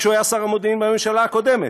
כשהוא היה שר המודיעין בממשלה הקודמת.